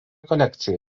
kolekcija